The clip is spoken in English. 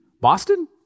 Boston